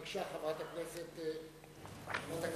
בבקשה, חברת הכנסת אבקסיס.